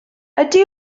ydy